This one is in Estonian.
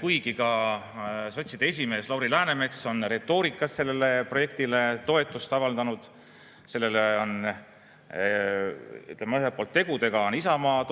kuigi ka sotside esimees Lauri Läänemets on retoorikas sellele projektile toetust avaldanud? Sellele on Isamaa ühelt poolt oma tegudega